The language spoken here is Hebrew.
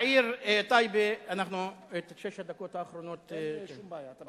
בעיר טייבה, את שש הדקות האחרונות, אין שום בעיה.